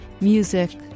music